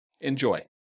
Enjoy